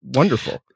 wonderful